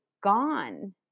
gone